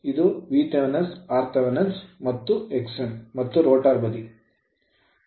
ಇದು Thevenin equivalent Thevenin ಸಮಾನವಾಗಿದೆ